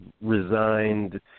resigned